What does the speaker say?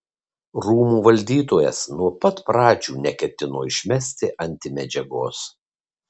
rūmų valdytojas nuo pat pradžių neketino išmesti antimedžiagos